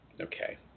okay